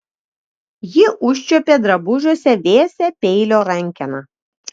ji užčiuopė drabužiuose vėsią peilio rankeną